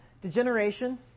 Degeneration